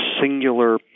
singular